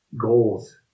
goals